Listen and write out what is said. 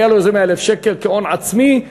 והיה לו איזה 100,000 שקל כהון עצמי,